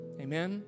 Amen